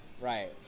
Right